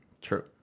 True